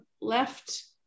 left